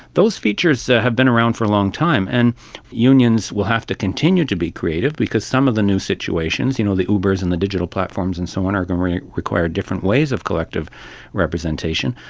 those features have been around for a long time, and unions will have to continue to be creative because some of the new situations, you know, the ubers and the digital platforms and so on, are going to require different ways of collective representation,